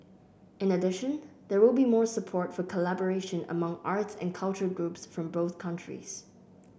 in addition there will be more support for collaboration among arts and culture groups from both countries